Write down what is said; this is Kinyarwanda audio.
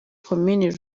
komini